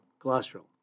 cholesterol